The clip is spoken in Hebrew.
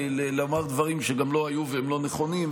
לומר דברים שגם לא היו והם לא נכונים.